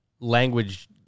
language